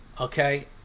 Okay